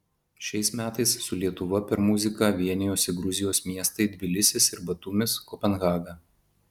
šiais metais su lietuva per muziką vienijosi gruzijos miestai tbilisis ir batumis kopenhaga